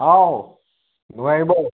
ꯍꯥꯎ ꯅꯨꯡꯉꯥꯏꯔꯤꯕꯣ